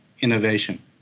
innovation